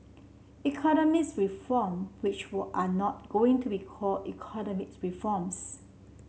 economics reform which are not going to be call economics reforms